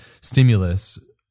stimulus